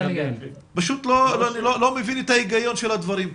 פשוט לא מבין את ההיגיון של הדברים כאן.